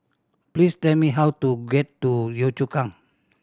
please tell me how to get to Yio Chu Kang